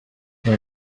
they